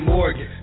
Morgan